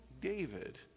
David